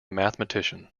mathematician